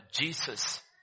Jesus